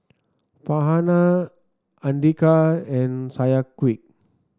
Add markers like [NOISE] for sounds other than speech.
Farhanah Andika and [UNINTELLIGIBLE]